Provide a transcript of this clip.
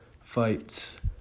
fights